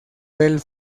del